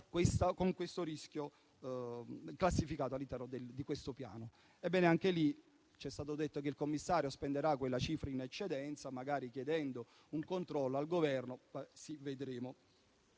di quei lavori classificata all'interno di questo piano. Ebbene, anche lì c'è stato detto che il commissario spenderà quella cifra in eccedenza, magari chiedendo un controllo al Governo. Abbiamo